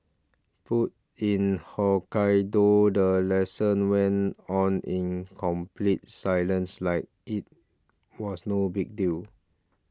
but in Hokkaido the lesson went on in complete silence like it was no big deal